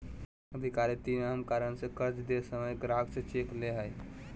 अधिकारी तीन अहम कारण से कर्ज दे समय ग्राहक से चेक ले हइ